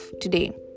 today